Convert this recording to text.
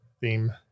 theme